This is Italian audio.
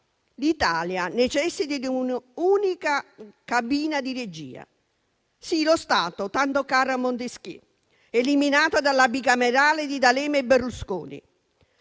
L'Italia necessita di un'unica cabina di regia: lo Stato, tanto caro a Montesquieu, eliminato dalla bicamerale di D'Alema e Berlusconi.